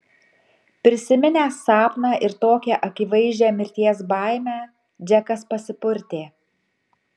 prisiminęs sapną ir tokią akivaizdžią mirties baimę džekas pasipurtė